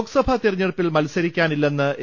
ലോക് സഭാ തിരഞ്ഞെടുപ്പിൽ മത്സരിക്കാനില്ലെന്ന് എ